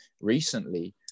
recently